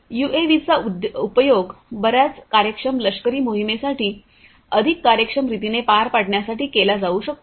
यूएव्हीचा उपयोग बर्याच कार्यक्षम लष्करी मोहिमेसाठी अधिक कार्यक्षम रीतीने पार पाडण्यासाठी केला जाऊ शकतो